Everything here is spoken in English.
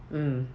mm